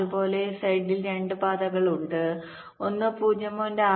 അതുപോലെ z ൽ 2 പാതകൾ ഉണ്ട് ഒന്ന് 0